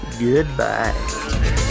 Goodbye